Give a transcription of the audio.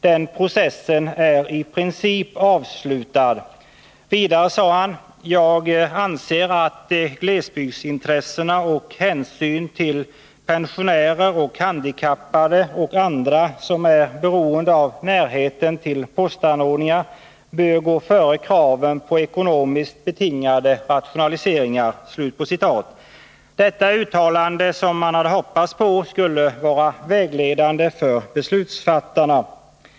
Den processen är i princip avslutad.” Vidare sade han: ”Jag anser att glesbygdsintressen och hänsyn till pensionärer, handikappade och andra som är beroende av närheten till postanordningar bör gå före kraven på ekonomiskt betingade rationaliseringar.” Detta är uttalanden som man hade hoppats skulle vara vägledande för beslutsfattarna.